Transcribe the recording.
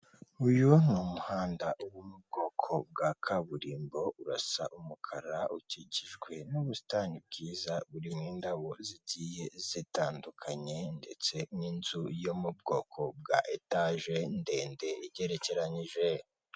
Uyu ni umuhanda, uri mu bwoko bwa kaburimbo, urasa umukara, ukikijwe n'ubusitani bwiza burimo indabo zigiye zitandukanye ndetse n'inzu yo mu bwoko bwa etage ndende igerekeranije.